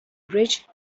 bridge